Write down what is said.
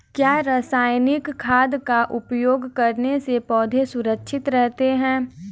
क्या रसायनिक खाद का उपयोग करने से पौधे सुरक्षित रहते हैं?